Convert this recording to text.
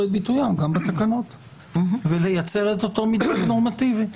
את ביטויים גם בתקנות ולייצר את אותו מתווה נורמטיבי.